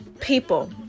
people